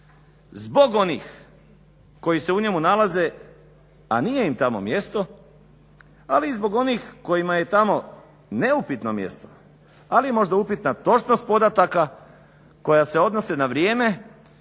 zbog onih koji se u njemu nalaze a nije im tamo mjesto, ali i zbog onih kojima je tamo neupitno mjesto, ali je možda upitna točnost podataka koja se odnose na vrijeme,